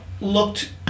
looked